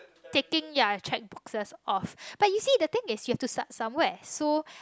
taking ya cheque books that's off but you see the thing is you have to start somewhere so